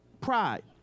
Pride